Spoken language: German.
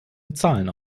bezahlen